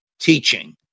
teaching